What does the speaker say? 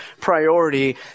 priority